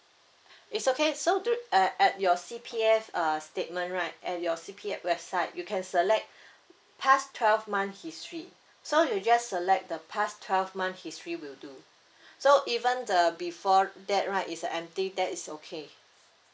it's okay so du~ uh at your C_P_F uh statement right at your C_P_F website you can select past twelve month history so you just select the past twelve month history will do so even the before that right is uh empty that is okay